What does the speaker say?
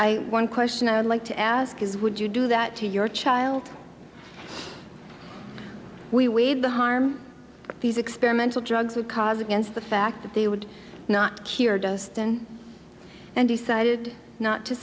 i one question i would like to ask is would you do that to your child we weighed the harm these experimental drugs would cause against the fact that they would not cure justin and decided not to